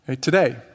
Today